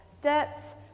debts